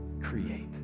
create